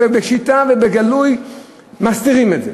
ובשיטה ובגלוי מסתירים את זה,